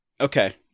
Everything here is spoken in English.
Okay